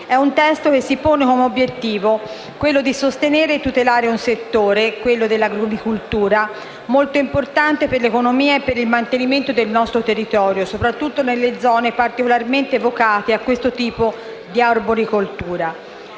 è un testo che si pone l'obiettivo di sostenere e tutelare un settore, quello dell'agrumicoltura, molto importante per l'economia e il mantenimento del nostro territorio, soprattutto nelle zone particolarmente vocate a questo tipo di arboricoltura.